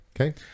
okay